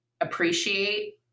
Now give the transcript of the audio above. appreciate